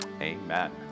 amen